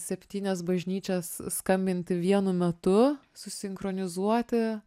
septynias bažnyčias skambinti vienu metu susinchronizuoti